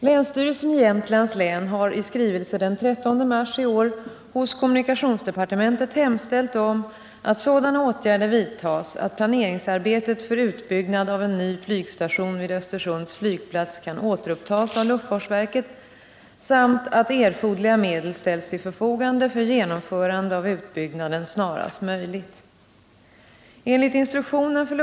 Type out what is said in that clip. Länsstyrelsen i Jämtlands län har i skrivelse den 13 mars i år hos kommunikationsdepartementet hemställt om att sådana åtgärder vidtas att planeringsarbetet för utbyggnad av en ny flygstation vid Östersunds flygplats kan återupptas av luftfartsverket samt att eforderliga medel ställs till | förfogande för genomförande av utbyggnaden snarast möjligt.